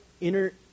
inner